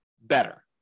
better